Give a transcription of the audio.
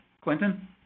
Clinton